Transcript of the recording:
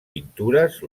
pintures